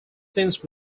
since